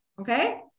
Okay